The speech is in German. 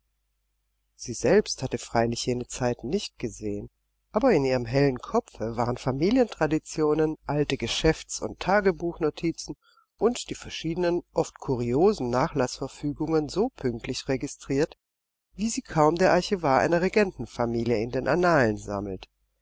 sie selbst hatte freilich jene zeiten nicht gesehen aber in ihrem hellen kopfe waren familientraditionen alte geschäfts und tagebuchnotizen und die verschiedenen oft kuriosen nachlaßverfügungen so pünktlich registriert wie sie kaum der archivar einer regentenfamilie in den annalen sammelt